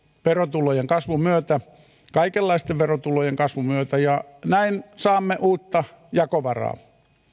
verotulojen kasvun myötä kaikenlaisten verotulojen kasvun myötä näin saamme uutta jakovaraa